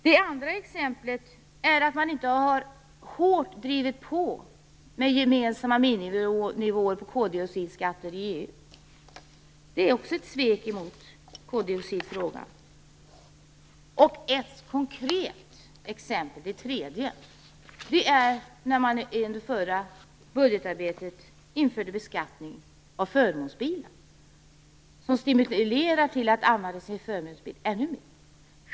Det andra exemplet är att man inte hårt har drivit på om gemensamma miniminivåer för koldioxidskatten i EU. Det är också ett svek mot koldioxidfrågan. Ett konkret exempel, det tredje, är när man under förra budgetarbetet införde beskattning av förmånsbilar. Det stimulerar till att använda förmånsbilen ännu mer.